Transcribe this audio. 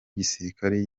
igisirikare